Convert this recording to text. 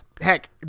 Heck